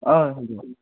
অঁ হয় দিয়ক